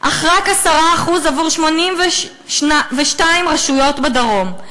ואך ורק 10% עבור 82 רשויות בדרום,